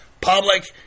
public